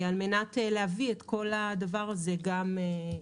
על מנת להביא את כל הדבר הזה לעולם.